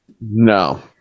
No